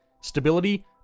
Stability